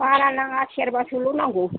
बारा नाङा सेरबासोल' नांगौ